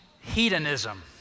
hedonism